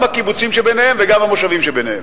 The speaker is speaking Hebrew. גם הקיבוצים שביניהם וגם המושבים שביניהם.